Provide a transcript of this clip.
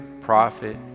prophet